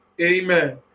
amen